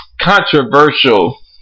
controversial